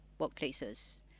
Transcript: workplaces